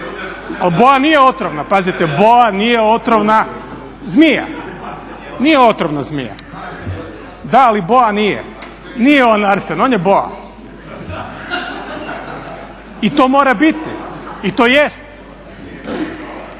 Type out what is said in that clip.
Ali boa nije otrovna zmija. Nije otrovna zmija, … …/Upadica se ne čuje./… Da, ali boa nije. Nije on arsen, on je boa. I to mora biti i to jest.